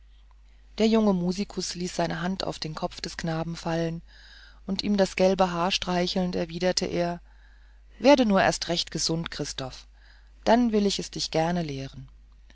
der junge musikus ließ seine hand auf den kopf des knaben fallen und ihm das gelbe haar streichelnd erwiderte er werde nur erst recht gesund christoph dann will ich dir es gerne lehren